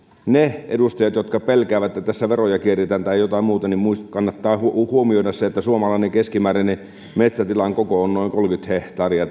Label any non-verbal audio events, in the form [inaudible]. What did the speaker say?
niiden edustajien jotka pelkäävät että tässä veroja kierretään tai jotain muuta kannattaa huomioida se että keskimääräinen suomalaisen metsätilan koko on noin kolmekymmentä hehtaaria [unintelligible]